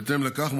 בהתאם לכך,